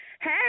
Hey